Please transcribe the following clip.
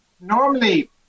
normally